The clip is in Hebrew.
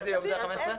איזה יום זה 15?